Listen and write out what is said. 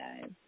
guys